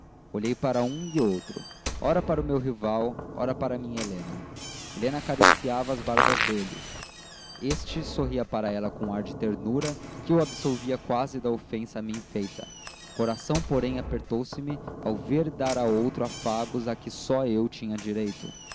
olhei para um e outro ora para o meu rival ora para a minha helena helena acariciava as barbas dele este sorria para ela com um ar de ternura que o absolvia quase da ofensa a mim feita o coração porém apertouse me ao ver dar a outros afagos a que só eu tinha direito